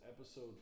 episode